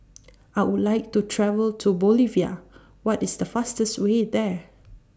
I Would like to travel to Bolivia What IS The fastest Way There